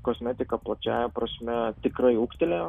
kosmetika plačiąja prasme tikrai ūgtelėjo